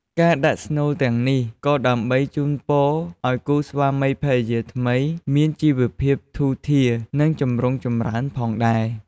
ការដាក់ស្នូលទាំងនេះ ក៏ដើម្បីជូនពរឲ្យគូស្វាមីភរិយាថ្មីមានជីវភាពធូរធារ និងចម្រុងចម្រើនផងដែរ។